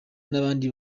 n’abandi